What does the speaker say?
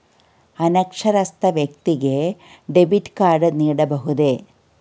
ಅನಕ್ಷರಸ್ಥ ವ್ಯಕ್ತಿಗೆ debit card ನೀಡಬಹುದೇ?